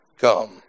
come